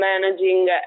managing